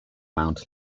mount